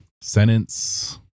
sentence